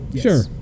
Sure